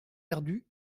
perdus